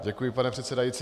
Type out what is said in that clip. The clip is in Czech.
Děkuji, pane předsedající.